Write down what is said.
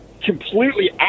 completely